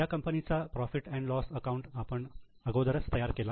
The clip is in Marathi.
त्या कंपनीचा profit and loss account profit loss account आपण अगोदरच तयार केला